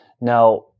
Now